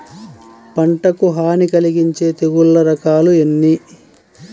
పంటకు హాని కలిగించే తెగుళ్ల రకాలు ఎన్ని?